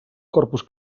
corpus